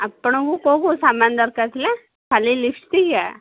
ଆପଣଙ୍କୁ କେଉଁ କେଉଁ ସାମାନ ଦରକାର ଥିଲା ଖାଲି ଲିପ୍ଷ୍ଟିକ୍ କା